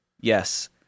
yes